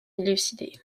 élucidé